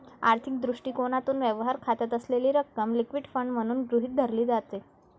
आर्थिक दृष्टिकोनातून, व्यवहार खात्यात असलेली रक्कम लिक्विड फंड म्हणून गृहीत धरली जाते